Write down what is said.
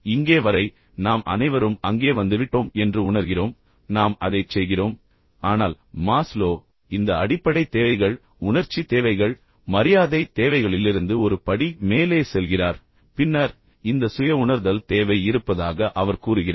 இங்கே வரை நாம் அனைவரும் அங்கே வந்துவிட்டோம் என்று உணர்கிறோம் நாம் அதைச் செய்கிறோம் ஆனால் மாஸ்லோ இந்த அடிப்படை தேவைகள் உணர்ச்சி தேவைகள் மரியாதை தேவைகளிலிருந்து ஒரு படி மேலே செல்கிறார் பின்னர் இந்த சுய உணர்தல் தேவை இருப்பதாக அவர் கூறுகிறார்